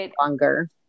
longer